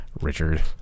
Richard